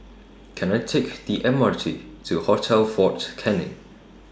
Can I Take The M R T to Hotel Fort Canning